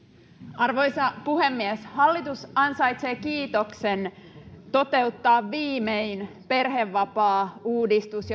arvoisa puhemies hallitus ansaitsee kiitoksen toteuttaa viimein perhevapaauudistus